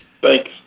Thanks